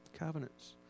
covenants